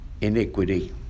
iniquity